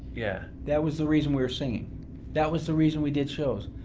yeah that was the reason we were singing that was the reason we did shows.